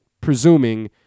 presuming